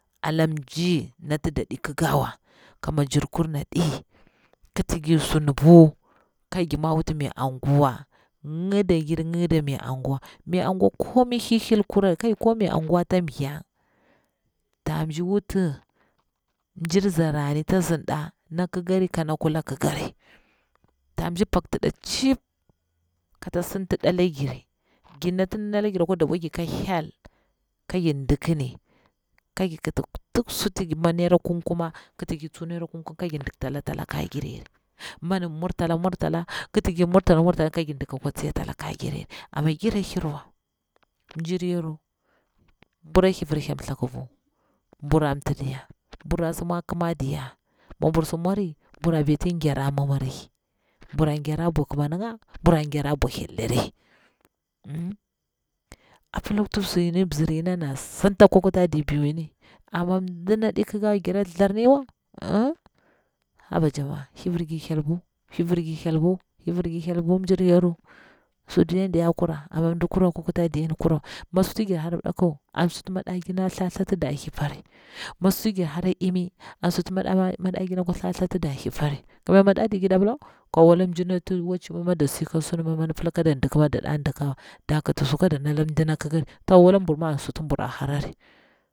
Ala mji nati da ɗi kikawa, ka mi njirkur ana ɗi kiti hir sun bu ka gi mwa wuti mai anguwa ngida gir mai anguwa, mai anguwa komi hilhil kurari, ko mai anguwar tsa tirtheng ta mshing wuti mjir zara ni tsa sinafa, na kikari ka na kula kikari ta mshing bakti nɗa tchip kata sinti nɗa ala giri ngir nati nɗi nala gir akwa dabwa gir ka hyel ka gir ɗiki ni, ni naira kum kuma kiti gir tsu naira kum kuma ka gir dikta la mji talaka giri yore, min murtala murtala ni kati gir murtala murtala kiti gir talaka giri yarai amma gira hirwa. Mjir yaru bura thlivir hyel thaku bu bura mti diya, bura si mwa a kima diya, mi bur si mwari bura beti gera mimmiri, bura gera a bwa kima niƙa a bwa hilri jahum apa laku ti suyini mzir yina na sinta akwa kutaɗir biu ni, amma mdina ɗi kikawa gira tharrini wa haba jama'a thivir gir hyel bu, hivir gir hyel bu, thivir gir helbu mjir yaru sur duniyan diya a kura amma mdikur ni akwa kuta din diya a kurwa, mi suti njir hara mdaku an suti maɗa giri a tha thata diya tida thipari, mi suti gir hara ɗini a suti mdagir a thlipari, kamnya mi dazi da pila ka wala wacci ma mi dik ma ɗadiya elikawa, da kiti su kada nda mdina kikari, ta wala dama da hara tsopari.